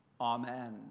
Amen